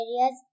areas